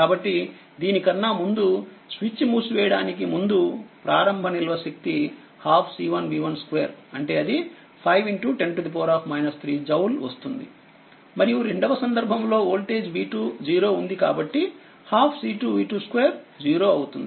కాబట్టిదీనికన్నా ముందుస్విచ్ మూసివేయడానికి ముందు ప్రారంభ నిల్వ శక్తి 12 C1V12 అంటేఅది 510 3 జౌల్ వస్తుంది మరియు రెండవ సందర్భంలో వోల్టేజ్ v20 ఉంది కాబట్టి12 C2V22 0అవుతుంది